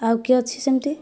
ଆଉ କିଏ ଅଛି ସେମିତି